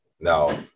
Now